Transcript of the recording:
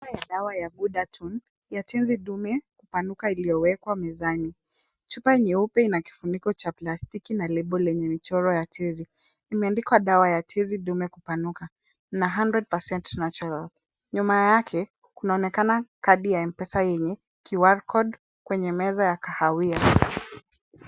Chupa a dawa ya Budaton ya Tenzi dume kupanuka iliyowekwa mizani. Chupa nyeupe na kifuniko cha plastiki na lebo yenye michoro ya tezi. Imeandikwa dawa ya tezi dume kupanuka na a hundred percent natural . Nyuma yake, kunaonekana kadi ya M-Pesa yenye QR code kwenye meza ya kahawia.